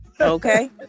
Okay